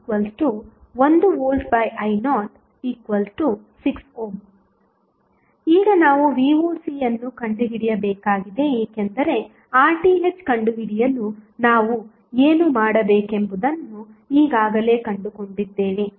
RTh1Vi0 6Ω ಈಗ ನಾವು voc ಅನ್ನು ಕಂಡುಹಿಡಿಯಬೇಕಾಗಿದೆ ಏಕೆಂದರೆ RTh ಕಂಡುಹಿಡಿಯಲು ನಾವು ಏನು ಮಾಡಬೇಕೆಂಬುದನ್ನು ಈಗಾಗಲೇ ಕಂಡುಕೊಂಡಿದ್ದೇವೆ